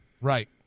Right